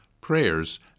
prayers